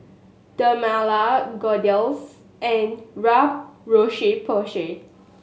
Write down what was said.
Dermale Kordel's and Roche Porsay